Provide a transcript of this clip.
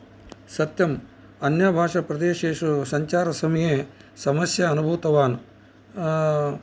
सत्यम् अन्यभाषप्रदेशेषु सञ्चारसमये समस्या अनुभूतवान्